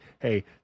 hey